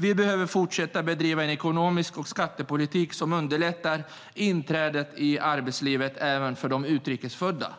Vi behöver fortsätta bedriva en ekonomisk politik och en skattepolitik som underlättar inträdet i arbetslivet även för de utrikes födda.